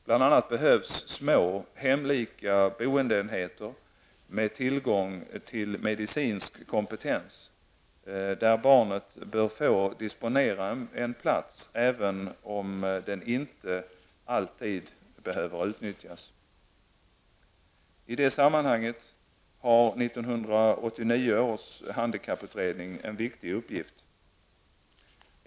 Bl.a. behövs små hemlika boendeenheter med tillgång till medicinsk kompetens, där barnet bör få disponera en plats, även om den inte alltid behöver utnyttjas. Här har 1989 års handikapputredning en viktig uppgift.